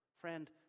Friend